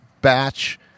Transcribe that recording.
batch